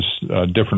different